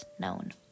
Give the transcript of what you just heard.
known